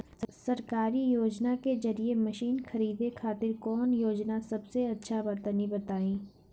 सरकारी योजना के जरिए मशीन खरीदे खातिर कौन योजना सबसे अच्छा बा तनि बताई?